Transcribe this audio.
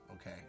Okay